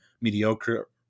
mediocre